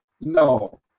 No